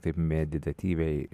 taip meditaktyviai